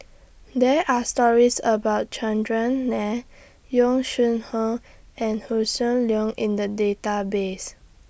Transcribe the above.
There Are stories about Chandran Nair Yong Shu Hoong and Hossan Leong in The Database